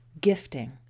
gifting